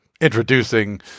introducing